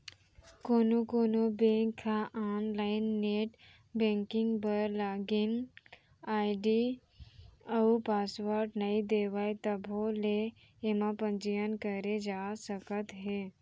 कोनो कोनो बेंक ह आनलाइन नेट बेंकिंग बर लागिन आईडी अउ पासवर्ड नइ देवय तभो ले एमा पंजीयन करे जा सकत हे